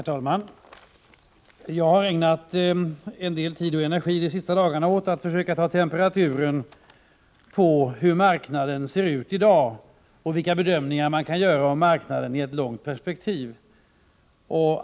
Herr talman! Jag har ägnat en del tid och energi de senaste dagarna åt att försöka ta temperaturen på marknaden i dag och fundera över vilka bedömningar man kan göra av marknaden i ett långt perspektiv.